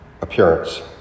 appearance